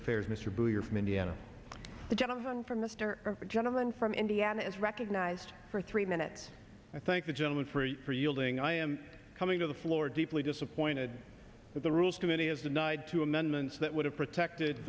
affairs mr bill you're from indiana the gentleman from mr the gentleman from indiana is recognized for three minutes i thank the gentleman for yielding i am coming to the floor deeply disappointed that the rules committee has denied two amendments that would have protected